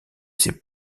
ses